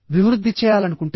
భివృద్ధి చేయాలనుకుంటే